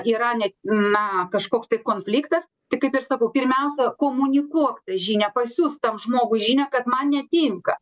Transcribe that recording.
yra ne na kažkoks tai konfliktas tai kaip ir sakau pirmiausia komunikuok žinią pasiųsk tam žmogui žinią kad man netinka